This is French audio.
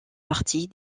partie